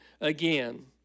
again